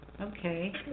Okay